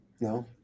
No